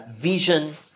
vision